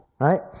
right